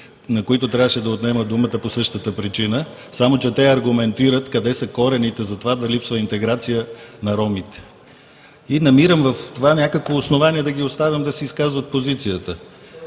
на които трябваше да отнема думата по същата причина. Само че те аргументират къде са корените за това дали липсва интеграция на ромите. Намирам в това някакво основание да ги оставям да си изказват позицията.